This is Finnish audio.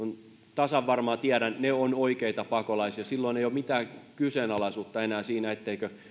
tasan varmaan tiedän että ne ovat oikeita pakolaisia silloin ei ole mitään kyseenalaisuutta enää siinä etteikö